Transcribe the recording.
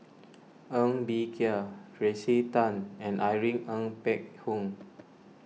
Ng Bee Kia Tracey Tan and Irene Ng Phek Hoong